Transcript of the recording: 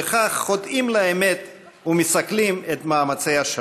ובכך חוטאים לאמת ומסכלים את מאמצי השלום.